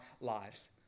lives